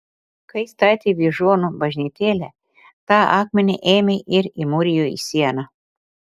kai statė vyžuonų bažnytėlę tą akmenį ėmė ir įmūrijo į sieną